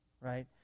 right